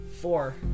Four